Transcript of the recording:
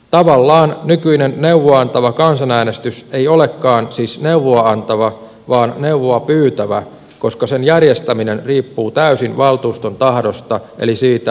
tavallaan nykyinen neuvoa antava kansanäänestys ei olekaan siis neuvoa antava vaan neuvoa pyytävä koska sen järjestäminen riippuu täysin valtuuston tahdosta eli siitä pyytääkö se tätä neuvoa